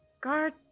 guard